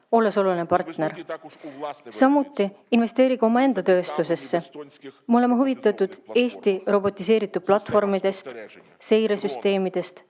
olles oluline partner. Samuti investeerige omaenda tööstusesse. Me oleme huvitatud Eesti robotiseeritud platvormidest, seiresüsteemidest,